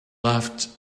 laughed